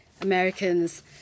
Americans